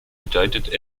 bedeutet